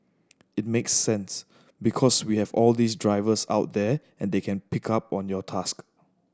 it makes sense because we have all these drivers out there and they can pick up on your task